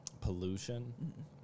pollution